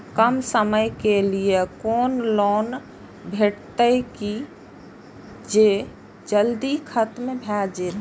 कम समय के लीये कोनो लोन भेटतै की जे जल्दी खत्म भे जे?